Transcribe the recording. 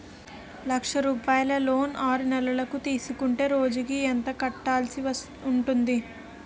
లక్ష రూపాయలు లోన్ ఆరునెలల కు తీసుకుంటే రోజుకి ఎంత కట్టాల్సి ఉంటాది?